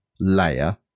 layer